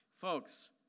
Folks